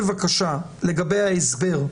בבקשה לגבי ההסבר,